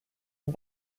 and